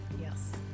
Yes